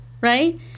Right